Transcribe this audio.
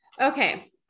Okay